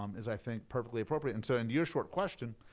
um is i think perfectly appropriate. and so and your short question,